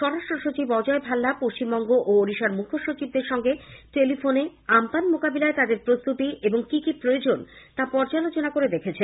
স্বরাষ্ট্র সচিব অজয় ভাল্লা পশ্চিমবঙ্গ ও ওড়িশার মুখ্যসচিবদের সঙ্গে টেলিফোনে আমপান মোকাবিলায় তাদের প্রস্তুতি এবং কি কি প্রয়োজন তা পর্যালোচনা করে দেখেন